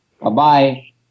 Bye-bye